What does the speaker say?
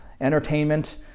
entertainment